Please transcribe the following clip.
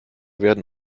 werden